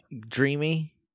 Dreamy